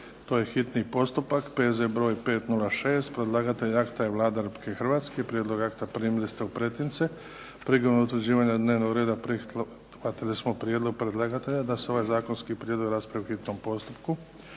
prvo i drugo čitanje, P.Z. br. 506 Predlagatelj akta je Vlada Republike Hrvatske. Prijedlog akta primili ste u pretince. Prigodom utvrđivanja dnevnog reda prihvatili smo prijedlog predlagatelja da se ovaj zakonski prijedlog raspravi u hitnom postupku.